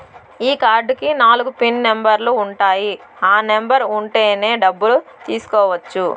ఈ కార్డ్ కి నాలుగు పిన్ నెంబర్లు ఉంటాయి ఆ నెంబర్ ఉంటేనే డబ్బులు తీసుకోవచ్చు